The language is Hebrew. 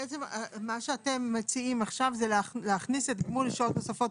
בעצם מה שאתם מציעים עכשיו זה להכניס את גמול שעות נוספות.